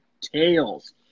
tails